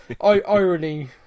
irony